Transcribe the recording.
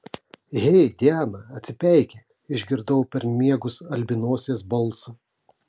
hei diana atsipeikėk išgirdau per miegus albinosės balsą